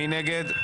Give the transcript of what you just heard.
מי נגד?